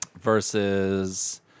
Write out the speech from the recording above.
versus